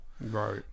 Right